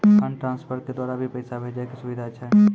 Fund transfer के द्वारा भी पैसा भेजै के सुविधा छै?